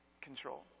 control